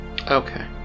Okay